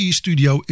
studio